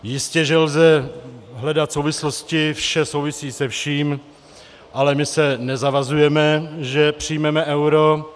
Jistě že lze hledat souvislosti, vše souvisí se vším, ale my se nezavazujeme, že přijmeme euro.